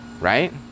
right